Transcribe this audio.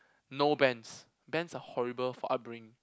no bands bands are horrible for upbringing